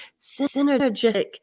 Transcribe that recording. synergistic